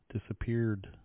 disappeared